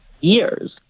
years